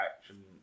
action